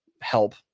help